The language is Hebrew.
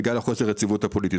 בגלל חוסר היציבות הפוליטית.